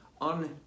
on